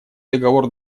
договор